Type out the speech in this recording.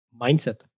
Mindset